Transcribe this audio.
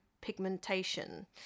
pigmentation